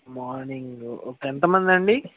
morning okay ఎంతమందండి